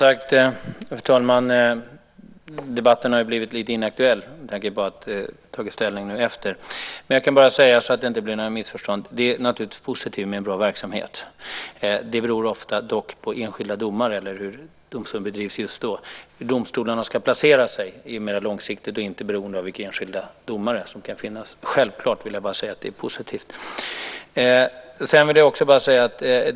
Fru talman! Debatten har blivit lite inaktuell med tanke på att vi har tagit ställning efter att interpellationen ställdes. Jag kan bara säga en sak, så att det inte blir några missförstånd: Det är naturligtvis positivt med en bra verksamhet. Det beror dock ofta på enskilda domare, hur verksamheten vid domstolen bedrivs just då. Hur domstolarna ska placeras mera långsiktigt är inte beroende av vilka enskilda domare som kan finnas där. Självklart är det positivt med en bra verksamhet.